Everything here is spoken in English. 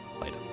Later